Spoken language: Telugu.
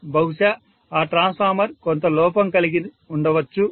బహుశా ఆ ట్రాన్స్ఫార్మర్ కొంత లోపం కలిగి ఉండవచ్చు